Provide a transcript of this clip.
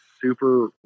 super